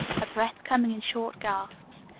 her breath coming in short gasps.